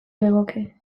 legoke